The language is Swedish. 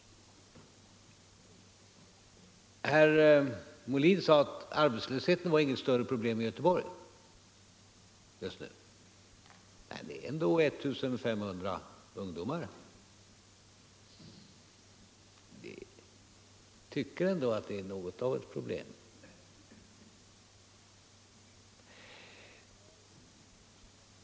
Herr Molin sade att arbetslösheten inte var något större problem i Göteborg. Men det är ändå 1 500 ungdomar som är arbetslösa. Jag tycker att det är något av ett problem.